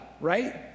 right